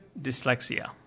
dyslexia